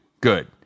good